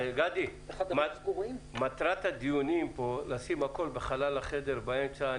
גדי, מטרת הדיונים פה לשים הכול בחלל החדר באמצע.